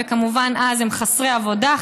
וכמובן אז הם חסרי עבודה,